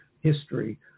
history